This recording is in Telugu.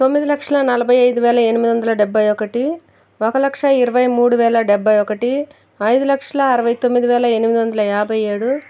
తొమ్మిది లక్షల నలభై ఐదు వేల ఎనిమిది వందల డెబ్భై ఒకటి ఒక లక్ష ఇరవై మూడు వేల డెబ్భై ఒకటి ఐదు లక్షల అరవై తొమ్మిది వేల ఎనిమిది వందల యాభై ఏడు